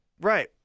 Right